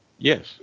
Yes